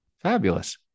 Fabulous